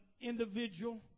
individual